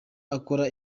akora